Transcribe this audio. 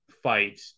fight